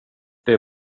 det